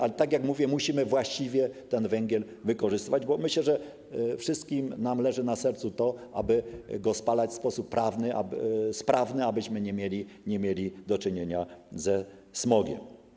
Ale tak jak mówiłem, musimy właściwie ten węgiel wykorzystywać, bo myślę, że wszystkim nam leży na sercu to, aby go spalać w sposób sprawny, abyśmy nie mieli do czynienia ze smogiem.